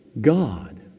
God